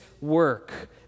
work